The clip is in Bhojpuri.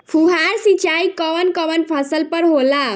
फुहार सिंचाई कवन कवन फ़सल पर होला?